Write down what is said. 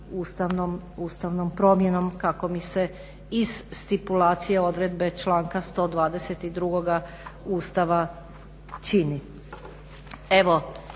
ustavnom promjenom kako mi se iz stipulacije odredbe članka 122. Ustava čini. Evo